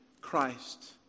Christ